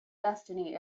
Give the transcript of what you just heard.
destiny